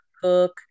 cook